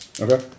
okay